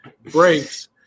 breaks